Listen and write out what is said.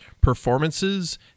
performances